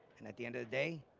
and at the end of the day,